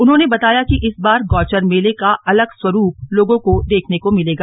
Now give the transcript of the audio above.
उन्होंने बताया कि इस बार गौचर मेले का अलग स्वरूप लोगों को देखने को मिलेगा